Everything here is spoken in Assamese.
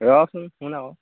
ৰহচোন শুন আকৌ